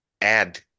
add